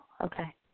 okay